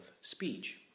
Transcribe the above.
speech